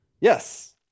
Yes